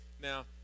now